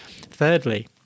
Thirdly